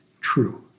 true